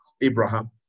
Abraham